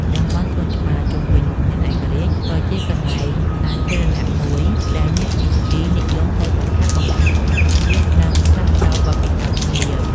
តំបន់សួនច្បារជុំវិញវិមានឯករាជ្យ ក៏ជាកន្លែងសាធារណៈមួយដែលអ្នកជិះស្គីនិយមទៅបង្ហាត់បង្ហាញសមត្ថភាព និងផ្លាស់ប្តូរបទពិសោធន៍គ្នា។